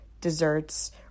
desserts